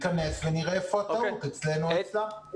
ניכנס ונראה איפה הטעות, אצלנו או אצלם.